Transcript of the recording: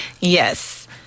Yes